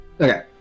Okay